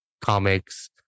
comics